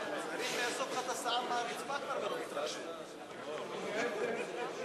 דוח הפרוטוקול של ועדת הקלפי: